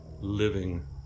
living